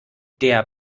der